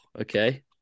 okay